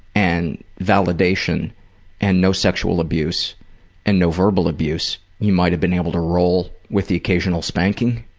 and validation and no sexual abuse and no verbal abuse. you might have been able to roll with the occasional spanking?